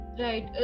Right